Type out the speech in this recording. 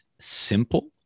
simple